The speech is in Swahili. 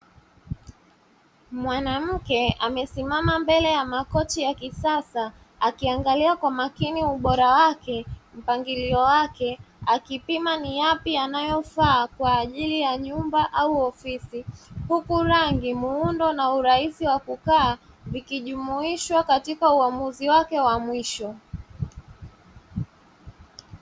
Mwanamke amesimama mbele ya makochi ya kisasa akiangalia kwa makini ubora wake, mpangilio wake; akipima ni yapi yanayofaa kwa ajili ya nyumba au ofisi, huku rangi muundo na urahisi wa kukaa vikijumuishwa katika uamuzi wake wa mwisho.